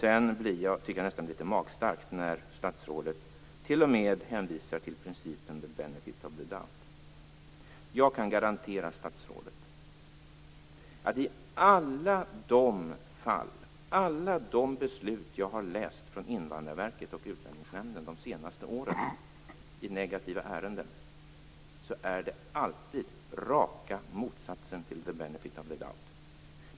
Sedan tycker jag nästan att det är litet magstarkt när statsrådet t.o.m. hänvisar till principen the benefit of the doubt. Jag kan garantera statsrådet att i alla de beslut jag har läst från Invandrarverket och Utlänningsnämnden de senaste åren i negativa ärenden är det alltid raka motsatsen till the benefit of the doubt.